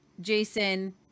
Jason